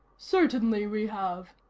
certainly we have,